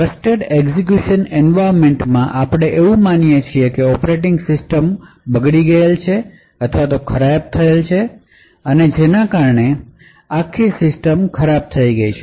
trusted execution environment મા આપણે એવું માનીએ છીએ કે ઓપરેટિંગ સિસ્ટમ બગડી છે જેના કારણે આખે આખી સિસ્ટમ ખરાબ થઈ ગઈ છે